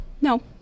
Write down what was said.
no